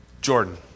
Jordan